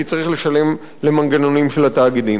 כי צריך לשלם למנגנונים של התאגידים,